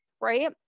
right